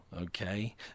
okay